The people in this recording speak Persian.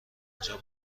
آنجا